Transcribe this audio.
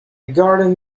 garden